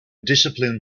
discipline